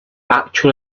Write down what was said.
actual